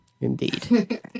Indeed